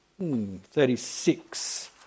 36